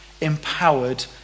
empowered